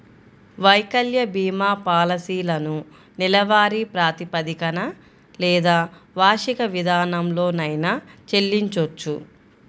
వైకల్య భీమా పాలసీలను నెలవారీ ప్రాతిపదికన లేదా వార్షిక విధానంలోనైనా చెల్లించొచ్చు